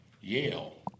Yale